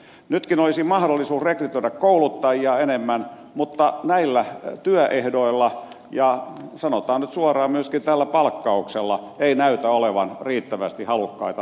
nytkin olisi mahdollisuus rekrytoida kouluttajia enemmän mutta näillä työehdoilla ja sanotaan nyt suoraan myöskään tällä palkkauksella ei näytä olevan riittävästi halukkaita lähtemään sinne